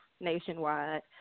nationwide